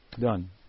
Done